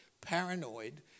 paranoid